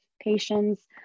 patients